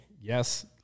yes